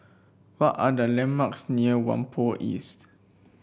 what are the landmarks near Whampoa East